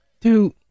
Dude